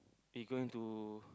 you going to